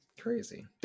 crazy